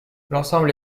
l’ensemble